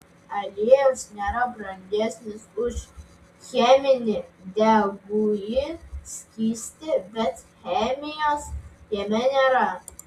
aliejus nėra brangesnis už cheminį degųjį skystį bet chemijos jame nėra